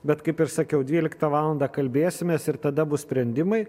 bet kaip ir sakiau dvyliktą valandą kalbėsimės ir tada bus sprendimai